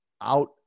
out